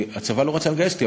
והצבא לא רצה לגייס אותי.